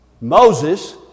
Moses